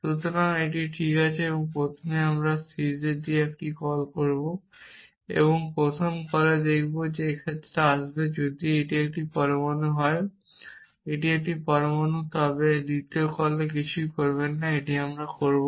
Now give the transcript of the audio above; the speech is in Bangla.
সুতরাং এটি ঠিক আছে প্রথমে আমরা sees দিয়ে একটি কল করব এবং এখানে প্রথম কলে দেখব এই ক্ষেত্রে আসবে যদি এটি একটি পরমাণু হয় এটি একই পরমাণু তবে দ্বিতীয় কলে কিছুই করবেন না আমরা এটি করব